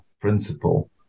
principle